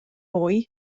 mwy